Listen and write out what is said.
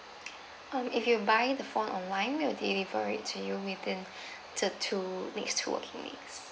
uh if you buy in the phone online we'll deliver it to you within the two next two working days